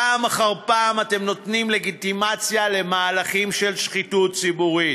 פעם אחר פעם אתם נותנים לגיטימציה למהלכים של שחיתות ציבורית.